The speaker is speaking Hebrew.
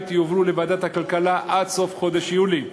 יועברו לוועדת הכלכלה עד סוף חודש יולי.